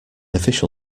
official